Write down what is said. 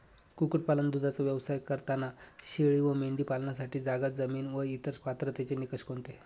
कुक्कुटपालन, दूधाचा व्यवसाय करताना शेळी व मेंढी पालनासाठी जागा, जमीन व इतर पात्रतेचे निकष कोणते?